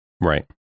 Right